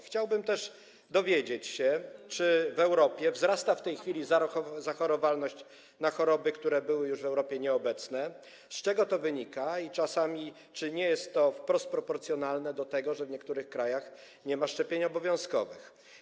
Chciałbym też dowiedzieć się, czy w Europie wzrasta w tej chwili zachorowalność na choroby, które były już w Europie nieobecne, z czego to wynika i czy czasami nie jest to wprost proporcjonalne do tego, że w niektórych krajach nie ma szczepień obowiązkowych.